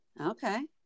Okay